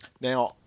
Now